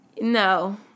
No